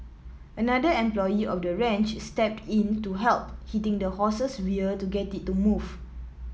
another employee of the ranch stepped in to help hitting the horse's rear to get it to move